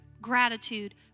gratitude